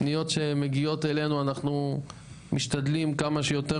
פניות שמגיעות אלינו אנחנו משתדלים כמה שיותר